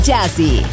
Jazzy